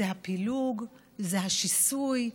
זה הפילוג, זה השיסוי,